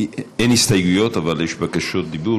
אין הסתייגויות, אבל יש בקשות דיבור.